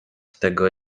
tego